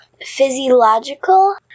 Physiological